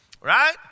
Right